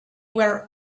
were